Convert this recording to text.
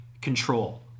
control